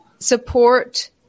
Support